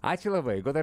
ačiū labai goda